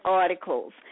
articles